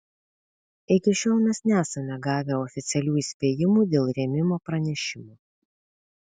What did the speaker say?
iki šiol mes nesame gavę oficialių įspėjimų dėl rėmimo pranešimų